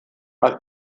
als